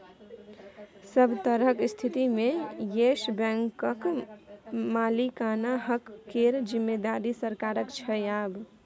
सभ तरहक स्थितिमे येस बैंकक मालिकाना हक केर जिम्मेदारी सरकारक छै आब